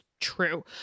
true